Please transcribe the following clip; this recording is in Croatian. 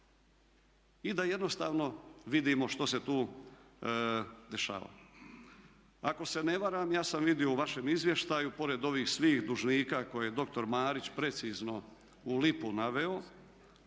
i da jednostavno vidimo što se tu dešavalo. Ako se ne varam ja sam vidio u vašem izvještaju pored ovih svih dužnika koje je doktor Marić precizno u lipu naveo,